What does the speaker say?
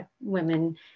women